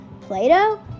Play-Doh